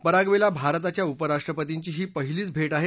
पराग्वेला भारताच्या उपराष्ट्रपतींची ही पहिलीच भेट आहे